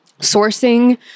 sourcing